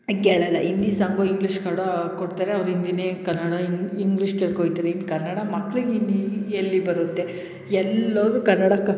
ಕೇಳಲ್ಲ Hindi song English Kannada ಹಾಕೊಡ್ತರೆ ಅವ್ರು ಹಿಂದಿನೇ ಕನ್ನಡ ಇಂಗ್ಲಿಷ್ ಕೇಳ್ಕೊಯ್ತರೆ ಇನ್ನು ಕನ್ನಡ ಮಕ್ಳಿಗೆ ಇನ್ನು ಎಲ್ಲಿ ಬರುತ್ತೆ ಎಲ್ಲಿ ಹೋದ್ರು ಕನ್ನಡ ಕ